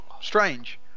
strange